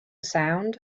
sound